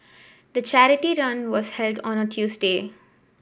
the charity run was held on a Tuesday